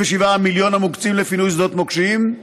המיליון המוקצים לפינוי שדות מוקשים,